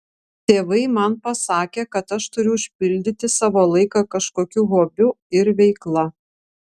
tėvai man pasakė kad aš turiu užpildyti savo laiką kažkokiu hobiu ir veikla